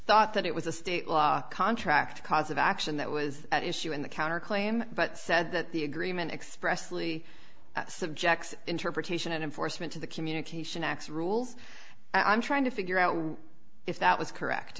thought that it was a state law contract cause of action that was at issue in the counter claim but said that the agreement expressly subjects interpretation and enforcement to the communication acts rules i'm trying to figure out if that was correct